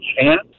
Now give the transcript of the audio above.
chance